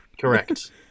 Correct